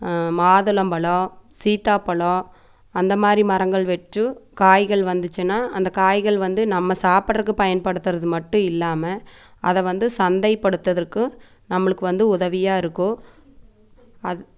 மாதுளம்பழம் சீத்தாப்பழம் அந்தமாதிரி மரங்கள் வச்சு காய்கள் வந்துச்சுனால் அந்த காய்கள் வந்து நம்ம சாப்பிட்றுக்கு பயன்படுத்துறது மட்டும் இல்லாமல் அதை வந்து சந்தை படுத்துதற்கு நம்மளுக்கு வந்து உதவியாயிருக்கும் அது